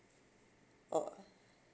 oh